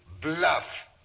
Bluff